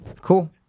cool